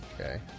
Okay